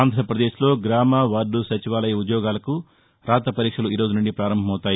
ఆంధ్రప్రదేశ్లో గ్రామ వార్డు సచివాలయ ఉద్యోగాలకు రాత పరీక్షలు ఈ రోజు నుండి ప్రపారంభమవుతాయి